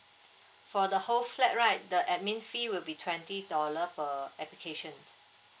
for the whole flat right the admin fee will be twenty dollar per application